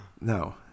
No